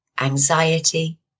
Anxiety